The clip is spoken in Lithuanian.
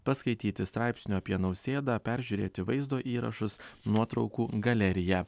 paskaityti straipsnių apie nausėdą peržiūrėti vaizdo įrašus nuotraukų galeriją